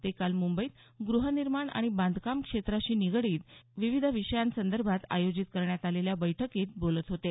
ते काल मुंबईत ग्रहनिर्माण आणि बांधकाम क्षेत्राशी निगडीत विविध विषयांसंदर्भात आयोजित करण्यात आलेल्या बैठकीमध्ये बोलत होते